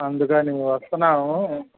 అందుకని వస్తున్నాము